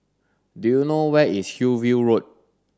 do you know where is Hillview Road